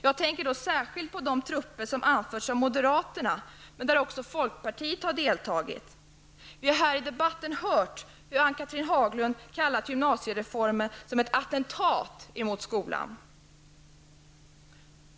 Jag tänker då särskilt på de trupper som anförts av moderaterna, men även folkpartiet har deltagit. Vi har här i debatten hört hur Ann-Cathrine Haglund kallat gymnasiereformen för ett attentat mot skolan.